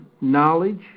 knowledge